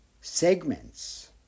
segments